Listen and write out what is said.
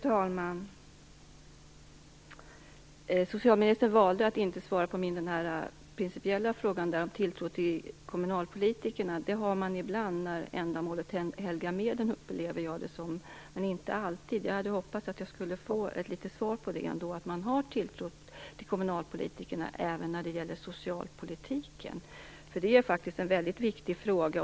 Fru talman! Socialministern valde att inte svara på min principiella fråga om tilltron till kommunalpolitikerna. Det är något man har ibland när ändamålet helgar medlen, som jag upplever det, men inte alltid. Jag hade hoppats få svaret att man har tilltro till politikerna även när det gäller socialpolitiken. Det är faktiskt en väldigt viktig fråga.